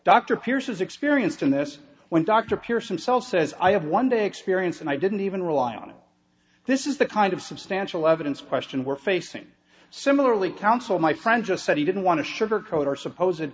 is experienced in this when dr pierson self says i have one day experience and i didn't even rely on it this is the kind of substantial evidence question we're facing similarly council my friend just said he didn't want to sugarcoat our suppos